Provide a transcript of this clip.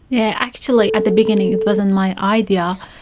yeah actually at the beginning it wasn't my idea.